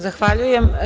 Zahvaljujem.